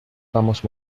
vamos